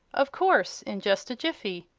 of course in just a jiffy.